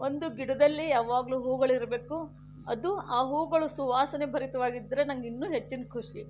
ಒಂದು ಗಿಡದಲ್ಲಿ ಯಾವಾಗಲೂ ಹೂಗಳಿರಬೇಕು ಅದು ಆ ಹೂಗಳು ಸುವಾಸನೆಭರಿತವಾಗಿದ್ದರೆ ನನಗೆ ಇನ್ನೂ ಹೆಚ್ಚಿನ ಖುಷಿ